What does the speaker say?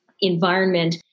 environment